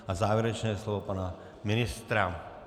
A závěrečné slovo pana ministra.